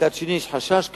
מצד שני, יש חשש כבד,